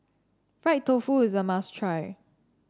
Fried Tofu is a must try